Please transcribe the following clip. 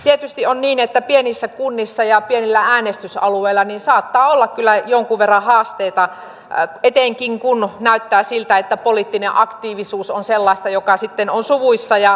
tietysti on niin että pienissä kunnissa ja pienillä äänestysalueilla saattaa olla kyllä jonkun verran haasteita etenkin kun näyttää siltä että poliittinen aktiivisuus on sellaista joka on suvuissa